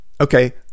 Okay